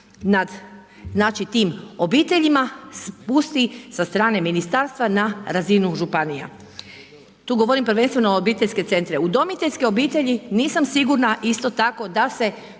nad tim obiteljima spusti sa strane ministarstva na razinu županija. Tu govorim prvenstvo o obiteljskim centrima, udomiteljske obitelji, nisam sigurna isto tako da se